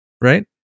right